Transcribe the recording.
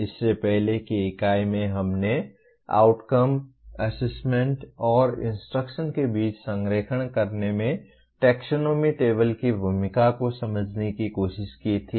इससे पहले की इकाई में हमने आउटकम असेसमेंट और इंस्ट्रक्शन के बीच संरेखण करने में टैक्सोनॉमी टेबल की भूमिका को समझने की कोशिश की थी